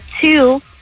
two